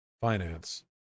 Finance